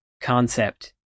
concept